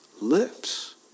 lips